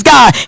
God